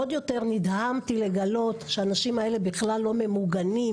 עוד יותר נדהמתי לגלות שהאנשים האלה בכלל לא ממוגנים,